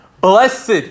Blessed